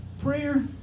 Prayer